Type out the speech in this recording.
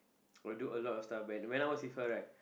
will do a lot of stuff when when I was with her right